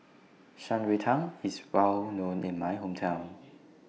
Shan Rui Tang IS Well known in My Hometown